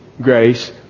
grace